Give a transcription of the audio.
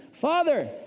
Father